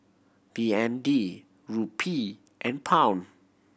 B N D Rupee and Pound